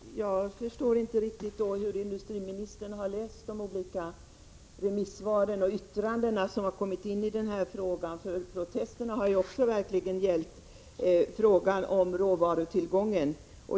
Herr talman! Jag förstår inte riktigt hur industriministern har läst de olika remissvaren och yttrandena som har kommit in när det gäller den här frågan, eftersom protesterna verkligen har gällt råvarutillgången.